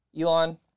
Elon